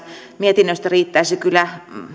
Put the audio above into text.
mietinnöstä riittäisi kyllä